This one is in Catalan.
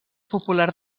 popular